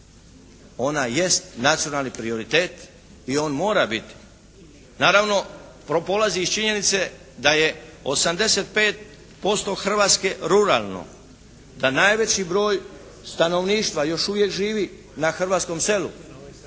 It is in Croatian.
Ona jest nacionalni prioritet i on mora biti. Naravno, polazi iz činjenice da je 85% Hrvatske ruralno, da najveći broj stanovništva još uvijek živi na hrvatskom selu.